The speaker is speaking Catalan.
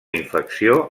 infecció